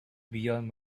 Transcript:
beyond